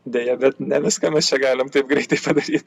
deja bet ne viską mes čia galim taip greitai padaryt